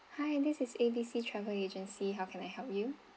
hi this is A B C travel agency how can I help you